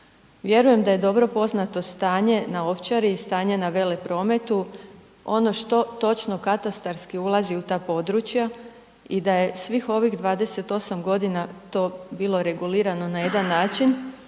Vjerujem da je dobro poznato stanje na Ovčari i stanje na Veleprometu. Ono što točno katastarski ulazi u ta područja i da je svih ovih 28 godina to bilo regulirano na jedan način